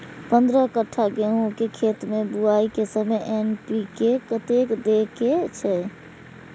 पंद्रह कट्ठा गेहूं के खेत मे बुआई के समय एन.पी.के कतेक दे के छे?